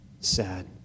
sad